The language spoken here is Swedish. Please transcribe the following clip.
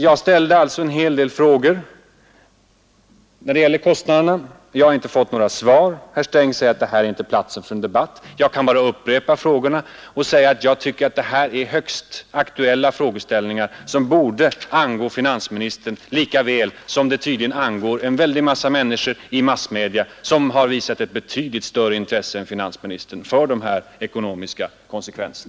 Jag ställde alltså en hel del frågor om kostnaderna. Jag har inte fått några svar. Herr Sträng säger att det här inte är platsen för en debatt. Jag kan bara upprepa frågorna och framföra som min mening att det är högst aktuella frågeställningar, som borde angå finansministern lika väl som de tydligen angår en väldig massa människor i massmedia; de har visat ett betydligt större intresse än finansministern för utflyttningens ekonomiska konsekvenser.